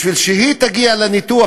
כדי שהיא תגיע לניתוח,